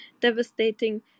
devastating